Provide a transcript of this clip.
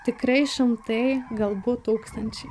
tikrai šimtai galbūt tūkstančiai